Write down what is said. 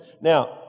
Now